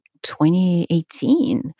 2018